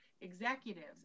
executives